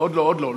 עוד לא, עוד לא.